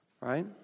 right